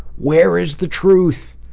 where is the truth?